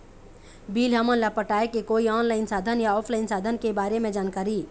Bill हमन ला पटाए के कोई ऑनलाइन साधन या ऑफलाइन साधन के बारे मे जानकारी?